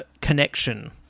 connection